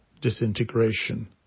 disintegration